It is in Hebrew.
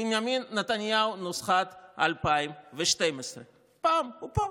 בנימין נתניהו נוסחת 2012. פעם הוא פה,